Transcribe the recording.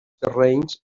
terrenys